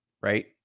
right